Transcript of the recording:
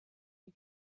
you